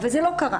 אבל זה לא קרה.